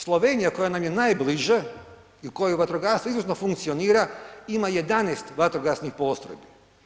Slovenija koja nam je najbliže i u kojoj vatrogastvo izuzetno funkcionira ima 11 vatrogasnih postrojbi.